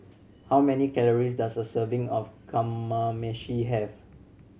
how many calories does a serving of Kamameshi have